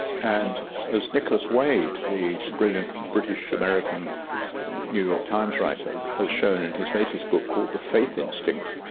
and as nicholas wade, the brilliant british-american new york times writer, has shown in his latest book called the faith instinct,